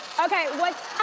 okay, what's